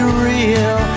real